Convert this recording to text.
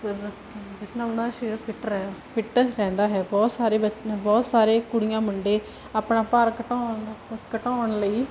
ਜਿਸ ਨਾਲ ਉਹਨਾਂ ਦਾ ਸਰੀਰ ਫਿਟ ਰਹਿ ਫਿੱਟ ਰਹਿੰਦਾ ਹੈ ਬਹੁਤ ਸਾਰੇ ਬਹੁਤ ਸਾਰੇ ਕੁੜੀਆਂ ਮੁੰਡੇ ਆਪਣਾ ਭਾਰ ਘਟਾਉਣ ਘਟਾਉਣ ਲਈ